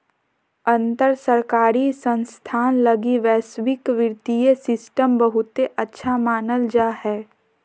अंतर सरकारी संस्थान लगी वैश्विक वित्तीय सिस्टम बहुते अच्छा मानल जा हय